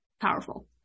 powerful